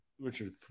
Richard